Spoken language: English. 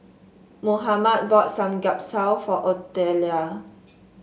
Mohammed bought Samgyeopsal for Otelia